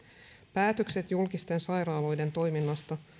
päätökset julkisten sairaaloiden toiminnasta